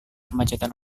kemacetan